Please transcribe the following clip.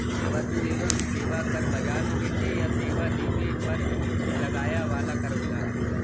वस्तु एवं सेवा कर बाजार में बेचे या सेवा देवे पर लगाया वाला कर होला